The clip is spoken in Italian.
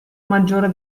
maggiore